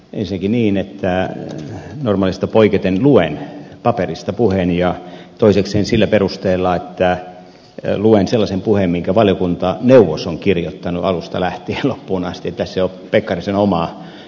ensinnäkin niin että normaalista poiketen luen paperista puheeni ja toisekseen sillä perusteella että luen sellaisen puheen minkä valiokuntaneuvos on kirjoittanut alusta lähtien loppuun asti niin että tässä ei ole ensimmäistäkään pekkarisen omaa sanaa